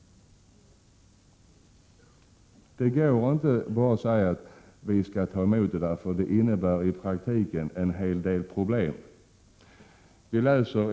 Det går inte att bara säga att vi skall ta emot så och så många — i praktiken innebär det en hel del problem.